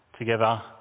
Together